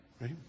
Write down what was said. right